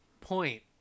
point